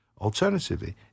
Alternatively